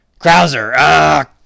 Krauser